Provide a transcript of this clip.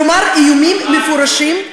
כלומר איומים מפורשים,